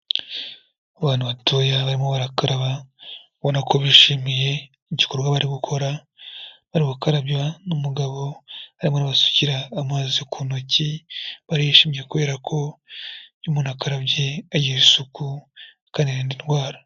Abana batoya barimo barakaraba ubona ko bishimiye igikorwa bari gukora, bari gukarabywa n'umugabo arimo arabasukira amazi ku ntoki, barishimye kubera ko iyo umuntu akarabye agira isuku akanirinda indwara.